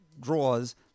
draws